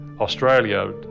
Australia